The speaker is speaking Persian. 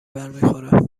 برمیخوره